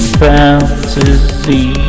fantasy